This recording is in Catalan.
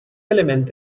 element